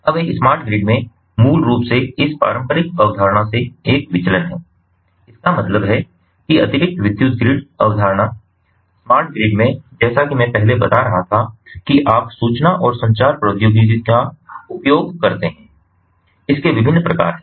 अब एक smart grid में मूल रूप से इस पारंपरिक अवधारणा से एक विचलन है इसका मतलब है कि अतिरिक्त विद्युत ग्रिड अवधारणा स्मार्ट ग्रिड में जैसा कि मैं पहले बता रहा था कि आप सूचना और संचार प्रौद्योगिकियों का उपयोग करते हैं इसके विभिन्न प्रकार हैं